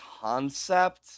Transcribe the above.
concept